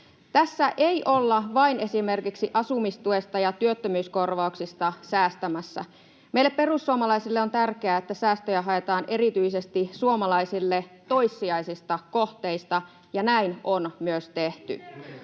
Tässä ei olla vain esimerkiksi asumistuesta ja työttömyyskorvauksista säästämässä. Meille perussuomalaisille on tärkeää, että säästöjä haetaan erityisesti suomalaisille toissijaisista kohteista, ja näin on myös tehty.